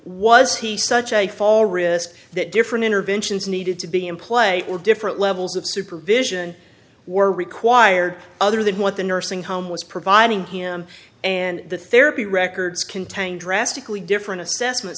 was he such a fall risk that different interventions needed to be in play or different levels of supervision were required other than what the nursing home was providing him and the therapy records contain drastically different assessment